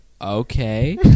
okay